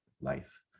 life